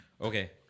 okay